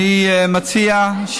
אני מציע,